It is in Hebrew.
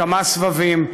בכמה סבבים,